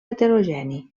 heterogeni